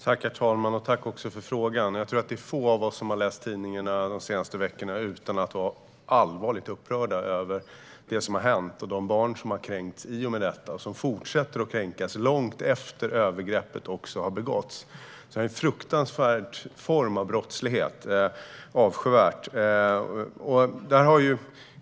Herr talman! Tack för frågan! Jag tror att det är få av oss som har läst tidningarna de senaste veckorna utan att allvarligt uppröras över det som har hänt och de barn som har kränkts och fortsätter att kränkas långt efter att övergreppet har begåtts. Det här är en fruktansvärd form av brottslighet. Det är avskyvärt.